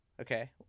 Okay